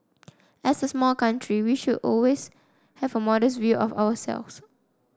as a small country we should always have a modest view of ourselves